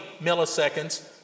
milliseconds